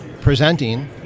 presenting